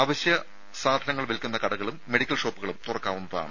അവശ്യവസ്തുക്കൾ വിൽക്കുന്ന കടകളും മെഡിക്കൽ ഷോപ്പുകളും തുറക്കാവുന്നതാണ്